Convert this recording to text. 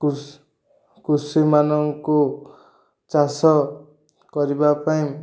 କୃଷିମାନଙ୍କୁ ଚାଷ କରିବା ପାଇଁ